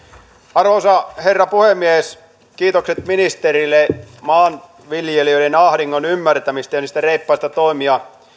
arvoisa herra puhemies kiitokset ministerille maanviljelijöiden ahdingon ymmärtämisestä ja niistä reippaista toimista